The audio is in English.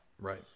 Right